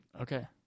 Okay